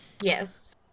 Yes